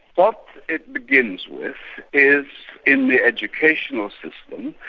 what it begins with is in the educational system,